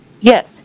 Yes